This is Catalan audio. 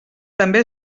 també